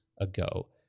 ago